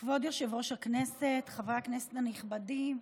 כבוד יושב-ראש הכנסת, חברי הכנסת הנכבדים,